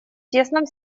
тесном